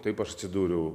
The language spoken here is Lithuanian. taip aš atsidūriau